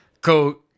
go